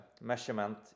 measurement